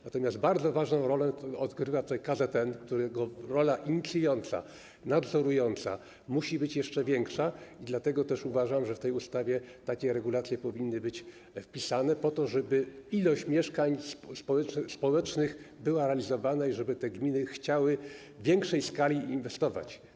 Natomiast bardzo ważną rolę odgrywa tutaj KZN, którego rola inicjująca, nadzorująca musi być jeszcze większa, dlatego też uważam, że w tej ustawie takie regulacje powinny być wpisane po to, żeby liczba mieszkań społecznych była realizowana i żeby gminy chciały w większej skali inwestować.